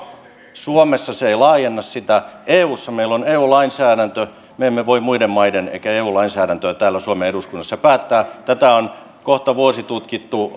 suomessa se ei laajenna sitä eussa meillä on eu lainsäädäntö me emme voi muiden maiden eikä eu lainsäädäntöä täällä suomen eduskunnassa päättää tätä on kohta vuosi tutkittu